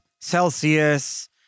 Celsius